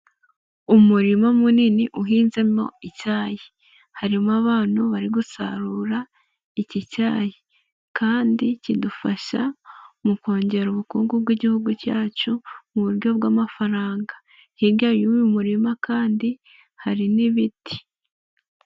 Umurima munini uhinzemo icyayi harimo abantu bari gusarura iki cyayi kandi kidufasha mu kongera ubukungu bw'igihugu cyacu mu buryo bw'amafaranga hirya y'uyu murima kandi hari n'ibiti.